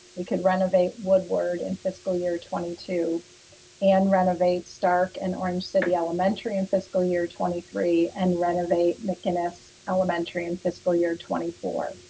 we could renovate woodward in fiscal year twenty two and renovate starke and orange city elementary in fiscal year twenty three and renovate mcinnis elementary in fiscal year twenty four.